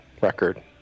record